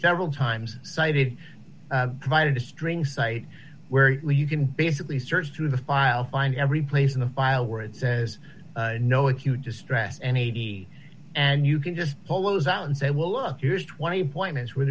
several times cited provided a string site where you can basically search through the file find every place in the file where it says no acute distress and eighty and you can just pull those out and say well look here's twenty points where